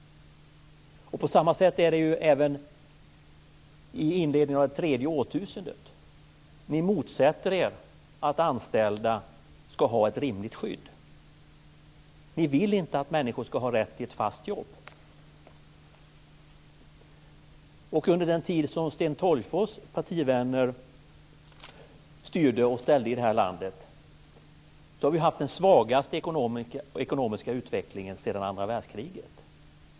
På samma sätt är det i inledningen av det tredje årtusendet. Ni motsätter er att anställda ska ha ett rimligt skydd. Ni vill inte att människor ska ha rätt till ett fast jobb. Under den tid som Sten Tolgfors partivänner styrde och ställde i det här landet hade vi den svagaste ekonomiska utvecklingen sedan andra världskriget.